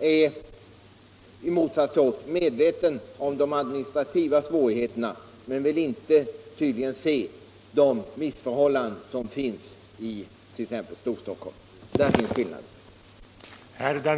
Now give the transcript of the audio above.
är i likhet med oss medveten om de administrativa svårigheterna men vill tydligen inte se de missförhållanden som råder i t.ex. Storstockholm. Där ligger skillnaden.